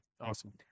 Awesome